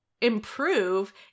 improve